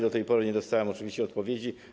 Do tej pory nie dostałem oczywiście odpowiedzi.